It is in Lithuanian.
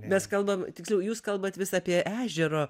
mes kalbam tiksliau jūs kalbat vis apie ežero